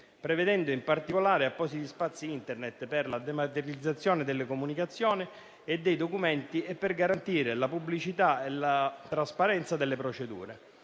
prevedendo in particolare appositi spazi *Internet* per la dematerializzazione delle comunicazioni e dei documenti e per garantire la pubblicità e la trasparenza delle procedure.